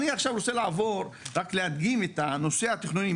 אני רוצה עכשיו לעבור ורק להדגים את הנושא התכנוני,